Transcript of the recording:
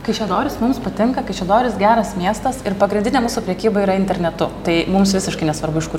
kaišiadorys mums patinka kaišiadorys geras miestas ir pagrindinė mūsų prekyba yra internetu tai mums visiškai nesvarbu iš kur